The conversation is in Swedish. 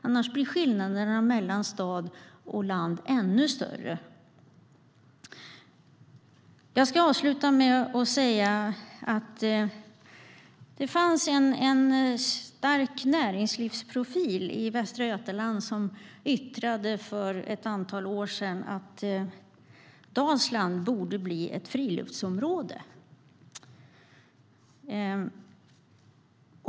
Annars blir skillnaderna mellan stad och landsbygd ännu större. Jag ska avsluta med att det fanns en stark näringslivsprofil i Västra Götaland som för ett antal år sedan yttrade att "Dalsland borde bli ett friluftsområde".